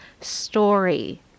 story